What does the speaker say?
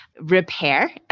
repair